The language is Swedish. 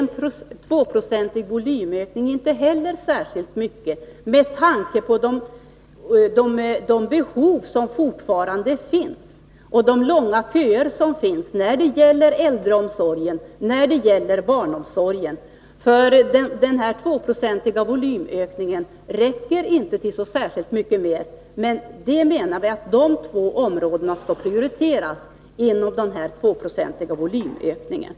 En 2-procentig volymökning på den offentliga sektorn är f. ö. inte särskilt mycket med tanke på de behov som fortfarande finns och de långa köer som finns när det gäller äldreomsorgen och barnomsorgen. Den 2-procentiga volymökningen räcker inte till särskilt mycket mer, men dessa två områden menar vi skall prioriteras.